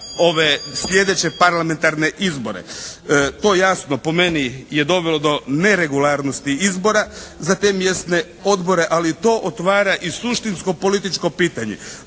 ove sljedeće parlamentarne izbore. To jasno po meni je dovelo do neregularnosti izbora za te mjesne odbore, ali to otvara i suštinsko političko pitanje,